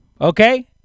okay